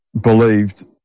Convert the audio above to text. believed